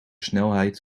snelheid